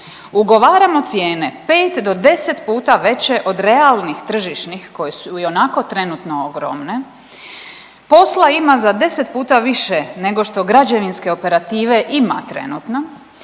ugovaramo cijene 5 do 10 puta veće od realnih tržišnih koje su ionako trenutno ogromne, posla ima za 10 puta više nego što građevinske operative ima trenutno,